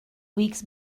weeks